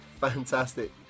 fantastic